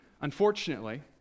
Unfortunately